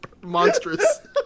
monstrous